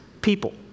people